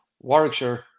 Warwickshire